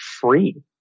free